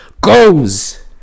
Goes